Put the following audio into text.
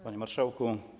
Panie Marszałku!